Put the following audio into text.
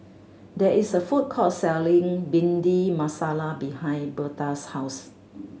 there is a food court selling Bhindi Masala behind Berta's house